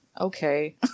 Okay